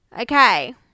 Okay